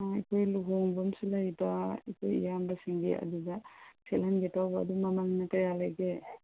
ꯑꯥ ꯑꯩꯈꯣꯏ ꯂꯨꯍꯣꯡꯕ ꯑꯃꯁꯨ ꯂꯩꯕ ꯑꯩꯈꯣꯏ ꯏꯌꯥꯝꯕꯁꯤꯡꯒꯤ ꯑꯗꯨꯗ ꯁꯦꯠꯍꯟꯒꯦ ꯇꯧꯕ ꯑꯗꯨ ꯃꯃꯟꯅ ꯀꯌꯥ ꯂꯩꯒꯦ